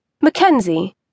Mackenzie